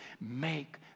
make